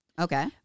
Okay